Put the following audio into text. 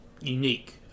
unique